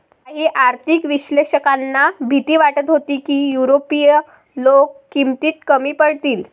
काही आर्थिक विश्लेषकांना भीती वाटत होती की युरोपीय लोक किमतीत कमी पडतील